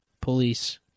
Police